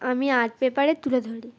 আমি আর্ট পেপারে তুলে ধরি